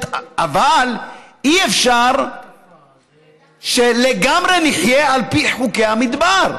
אבל אי-אפשר שלגמרי נחיה על פי חוקי המדבר.